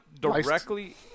directly